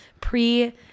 pre